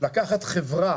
לקחת חברה